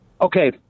okay